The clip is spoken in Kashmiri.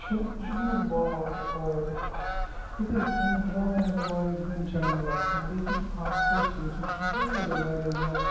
چھُ یہِ چھُ گوٚمُت واریاہ واریاہ پَتھ ییٚتہِ ٲسۍ بروںٛٹھ واریاہ واریاہ گھٔنۍ جنٛگل آسان لیکِن آزکَل چھِ أسۍ وٕچھان واریاہ واریاہ زیادٕ